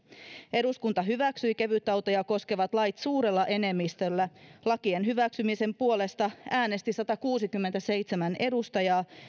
eduskunta hyväksyi kevytautoja koskevat lait suurella enemmistöllä lakien hyväksymisen puolesta äänesti satakuusikymmentäseitsemän edustajaa